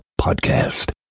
Podcast